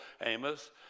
Amos